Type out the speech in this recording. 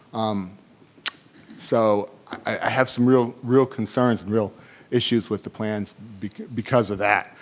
um so i have some real real concerns and real issues with the plans because because of that.